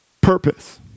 purpose